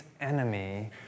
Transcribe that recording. enemy